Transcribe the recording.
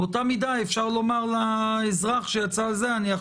באותה מידה אפשר לומר לאזרח אני רוצה